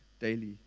daily